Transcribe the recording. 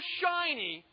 shiny